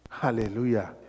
Hallelujah